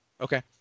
Okay